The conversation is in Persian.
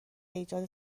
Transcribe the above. ایجاد